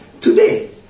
today